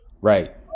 Right